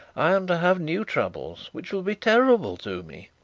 i am to have new troubles, which will be terrible to me.